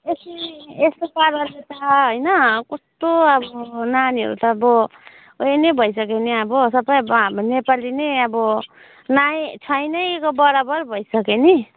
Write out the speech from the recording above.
यसरी यस्तो पाराले त होइन कस्तो अब नानीहरू त अब ऊ यो नै भइसक्यो नि अब सबै अब हाम्रो नेपाली नै अब ना हि छैनको बराबर भइसक्यो नि